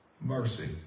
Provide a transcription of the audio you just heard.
mercy